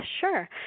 sure